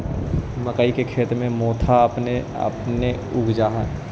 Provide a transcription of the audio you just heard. मक्कइ के खेत में मोथा अपने आपे उग जा हई